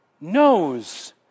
knows